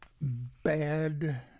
bad